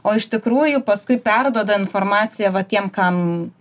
o iš tikrųjų paskui perduoda informaciją va tiem kam